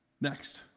Next